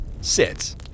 sit